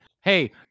hey